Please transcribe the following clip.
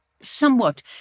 somewhat